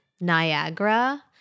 Niagara